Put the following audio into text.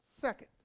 Second